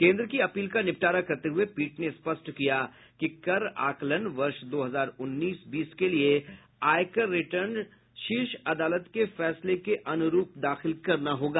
केंद्र की अपील का निपटारा करते हुए पीठ ने स्पष्ट किया कि कर आकलन वर्ष दो हजार उन्नीस बीस के लिए आयकर रिटर्न शीर्ष अदालत के फैसले के अनुरूप दाखिल करना होगा